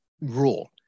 rule